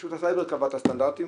שרשות הסייבר קבעה את הסטנדרטים,